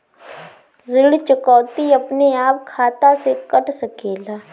ऋण चुकौती अपने आप खाता से कट सकेला?